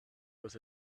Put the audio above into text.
was